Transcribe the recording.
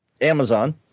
Amazon